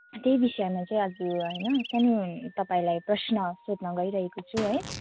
त्यही विषयमा चाहिँ हजुर होइन सानो तपाईँलाई प्रश्न सोध्न गइरहेको छु है